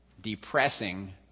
depressing